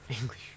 English